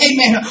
Amen